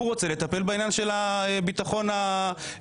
הוא רוצה לטפל בעניין של הביטחון האישי,